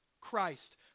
Christ